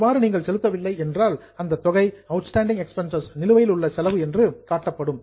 அவ்வாறு நீங்கள் செலுத்தவில்லை என்றால் அந்த தொகை அவுட்ஸ்டாண்டிங் எக்ஸ்பென்ஸ் நிலுவையில் உள்ள செலவு என்று காட்டப்படும்